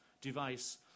device